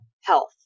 health